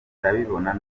ndabibona